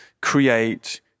create